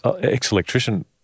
ex-electrician